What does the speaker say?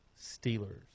Steelers